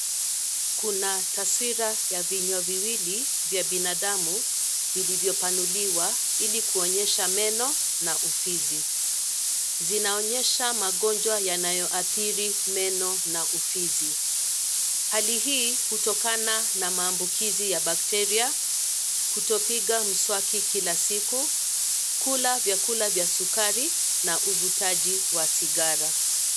Kuna twasira ya vyinywa viwili vya binadamu vilivyopanuliwa, ili kuonyesha meno na ufizi. Zinaonyesha magonjwa yanayoathiri meno na ufizi. Hali hii hutokana na maambukizi ya bakteria, kutopiga mswaki kila siku, kula vyakula vya sukari na uvutaji wa sigara.